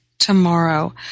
tomorrow